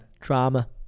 Drama